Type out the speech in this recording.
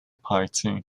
party